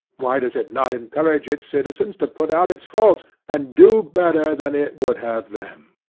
why does it not encourage its citizens to put out its faults, and do better than it would have them?